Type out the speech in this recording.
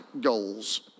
goals